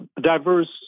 diverse